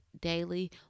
daily